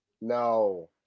No